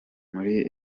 muri